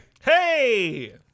Hey